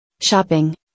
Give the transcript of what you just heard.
Shopping